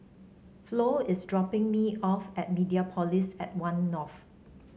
Flo is dropping me off at Mediapolis at One North